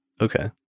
Okay